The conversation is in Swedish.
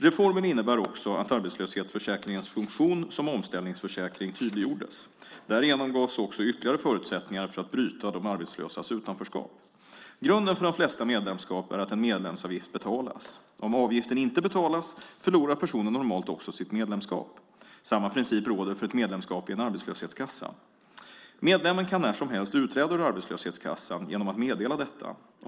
Reformen innebar också att arbetslöshetsförsäkringens funktion som omställningsförsäkring tydliggjordes. Därigenom gavs också ytterligare förutsättningar för att bryta de arbetslösas utanförskap. Grunden för de flesta medlemskap är att en medlemsavgift betalas. Om avgiften inte betalas förlorar personen normalt också sitt medlemskap. Samma princip råder för ett medlemskap i en arbetslöshetskassa. Medlemmen kan när som helst utträda ur arbetslöshetskassan genom att meddela detta.